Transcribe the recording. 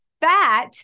Fat